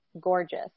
gorgeous